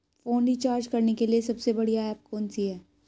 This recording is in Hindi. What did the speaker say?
फोन रिचार्ज करने के लिए सबसे बढ़िया ऐप कौन सी है?